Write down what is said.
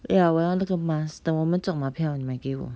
不要我要那个 mask 等我们中马票你买给我